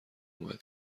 اومده